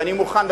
ואני מוכן,